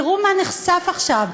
תראו מה נחשף עכשיו?